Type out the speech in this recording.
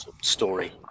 story